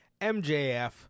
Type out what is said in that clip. MJF